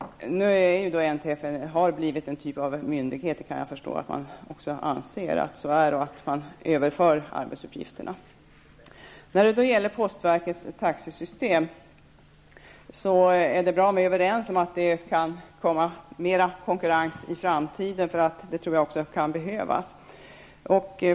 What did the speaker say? NTF har blivit en typ av myndighet. Jag kan förstå att man anser det och att man nu överför arbetsuppgifter. När det gäller postverkets taxesystem är det bra om vi är överens om att det kan komma mer konkurrens i framtiden. Det kan behövas.